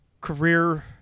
career